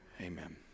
Amen